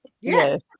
yes